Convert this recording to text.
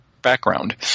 Background